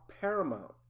paramount